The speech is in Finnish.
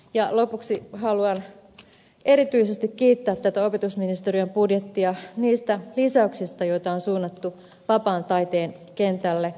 ja lopuksi haluan erityisesti kiittää tätä opetusministeriön budjettia niistä lisäyksistä joita on suunnattu vapaan taiteen kentälle